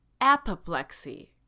apoplexy